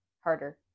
harder